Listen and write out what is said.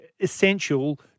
essential